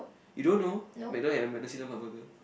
you don't know McDonald had a mac Nasi-Lemak burger